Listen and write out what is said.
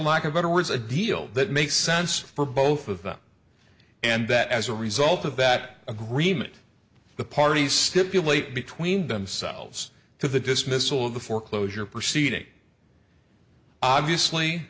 lack of better words a deal that makes sense for both of them and that as a result of that agreement the parties stipulate between themselves to the dismissal of the foreclosure proceeding obviously